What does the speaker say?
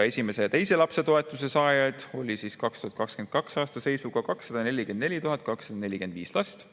Esimese ja teise lapse toetust saavaid lapsi oli 2022. aasta seisuga 244 245